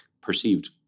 perceived